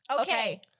Okay